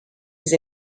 his